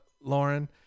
Lauren